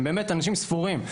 שהם באמת אנשים ספורים,